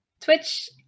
Twitch